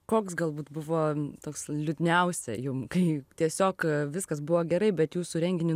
koks galbūt buvo toks liūdniausia jum kai tiesiog viskas buvo gerai bet jūsų renginį